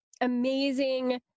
amazing